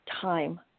time